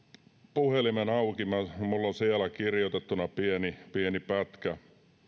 puhelimen auki minulla on siellä kirjoitettuna pieni pieni pätkä